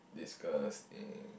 disgusting